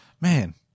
man